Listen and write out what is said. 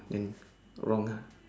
then wrong ah